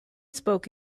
spoke